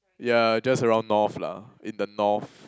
yeah just around North lah in the North